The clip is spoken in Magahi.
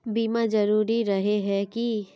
बीमा जरूरी रहे है की?